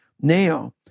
now